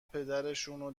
پدرشونو